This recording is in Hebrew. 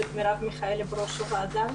ואת מרב מיכאלי בראש הוועדה.